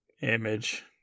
image